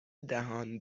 دهان